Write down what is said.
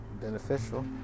beneficial